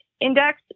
index